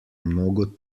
mnogo